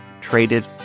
Traded